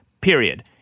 period